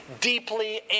deeply